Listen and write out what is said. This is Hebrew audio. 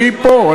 אני פה,